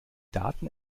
daten